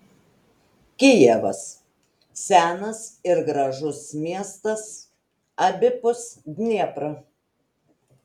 kijevas senas ir gražus miestas abipus dniepro